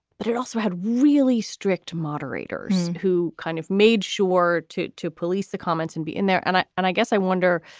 but it also had really strict moderators who kind of made sure to to police the comments and be in there. and i and i guess i wonder.